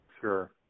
sure